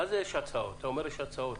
איזה הצהרות?